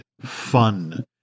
fun